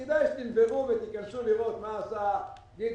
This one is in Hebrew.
כדאי שתנברו ותיכנסו לראות מה עשה גדעון